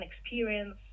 experience